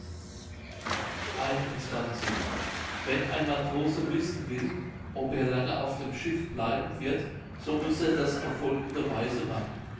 wenn ein matrose wissen will ob er lange auf dem schiffe bleiben wird so muß er das auf folgende weise machen